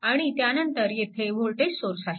आणि त्यानंतर येथे वोल्टेज सोर्स आहे